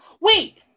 Wait